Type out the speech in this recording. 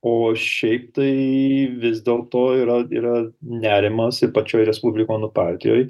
o šiaip tai vis dėl to yra yra nerimas ypač respublikonų partijoj